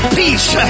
peace